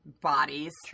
bodies